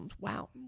Wow